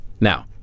Now-